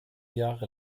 jahre